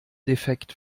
defekt